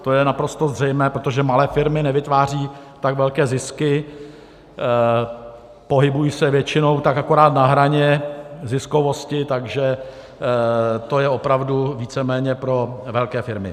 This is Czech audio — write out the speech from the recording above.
To je naprosto zřejmé, protože malé firmy nevytvářejí tak velké zisky, pohybují se většinou tak akorát na hraně ziskovosti, takže to je opravdu víceméně pro velké firmy.